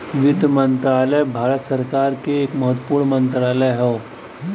वित्त मंत्रालय भारत सरकार क एक महत्वपूर्ण मंत्रालय हौ